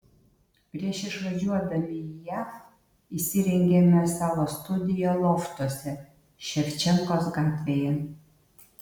prieš išvažiuodami į jav įsirengėme savo studiją loftuose ševčenkos gatvėje